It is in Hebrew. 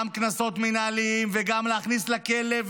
גם קנסות מינהליים וגם להכניס לכלא,